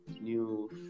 new